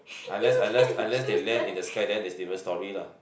unless unless unless they left in the sky then is different story lah